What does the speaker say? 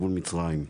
גבול מצרים.